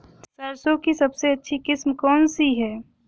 सरसों की सबसे अच्छी किस्म कौन सी है?